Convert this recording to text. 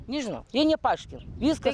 nežinau jie nepaaiškino viską